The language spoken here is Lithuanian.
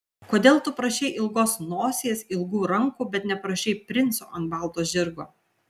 kodėl tu prašei ilgos nosies ilgų rankų bet neprašei princo ant balto žirgo